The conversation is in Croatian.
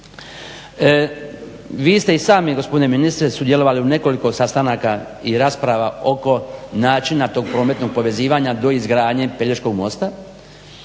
Vi ste i sami gospodine ministre sudjelovali u nekoliko sastanaka i rasprava oko načina oko tog prometnog povezivanja do izgradnje Pelješkog mosta